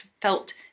felt